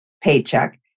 paycheck